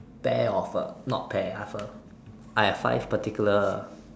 pair of a not pair I have a I have five particular